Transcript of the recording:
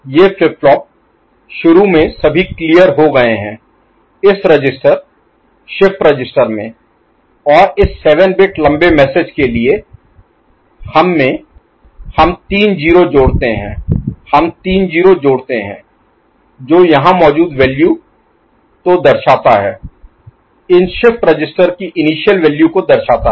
ये flip flop शुरू में सभी क्लियर हो गए हैं इस रजिस्टर शिफ्ट रजिस्टर में और इस 7 बिट लंबे मैसेज Message संदेश के लिए हम हम तीन 0 जोड़ते हैं हम तीन 0 जोड़ते हैं जो यहां मौजूद वैल्यू तो दर्शाता है इन शिफ्ट रजिस्टर की इनिशियल वैल्यू को दर्शाता है